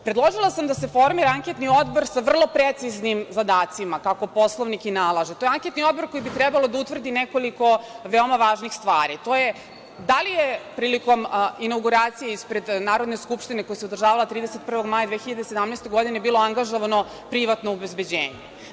Predložila sam da se formira anketni odbor sa vrlo preciznim zadacima kako Poslovnik i nalaže, to je anketni odbor koji bi trebalo da utvrdi nekoliko veoma važnih stvari, a to je, da li je prilikom inaguracije ispred Narodne skupštine koja se održavala 31. maja 2017. godine bilo angažovano privatno obezbeđenje.